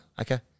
okay